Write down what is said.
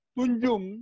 Tunjum